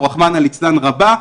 או רחמנא ליצלן רבה,